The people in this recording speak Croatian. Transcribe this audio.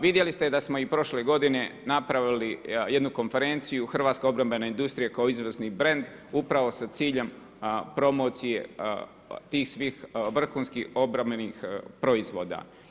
Vidjeli ste da smo i prošle godine napravili jednu konferenciju hrvatske obrambene industrije kao izvozni brend upravo sa ciljem promocije tih svih vrhunskih obrambenih proizvoda.